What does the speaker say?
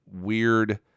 weird